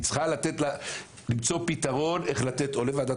היא צריכה למצוא פתרון איך לתת או לוועדת